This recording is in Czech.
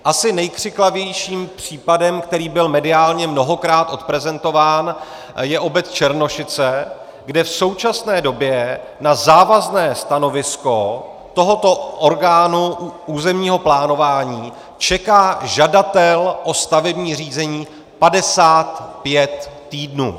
Asi nejkřiklavějším případem, který byl mediálně mnohokrát odprezentován, je obec Černošice, kde v současné době na závazné stanovisko tohoto orgánu územního plánování čeká žadatel o stavební řízení 55 týdnů.